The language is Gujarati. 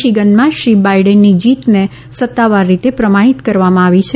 મિશિગનમાં શ્રી બાઇડેનની જીતને સત્તાવાર રીતે પ્રમાણિત કરવામાં આવી છે